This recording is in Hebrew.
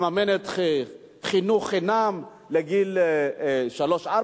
לממן חינוך חינם לגיל שלוש-ארבע,